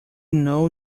know